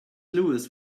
lewis